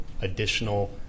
additional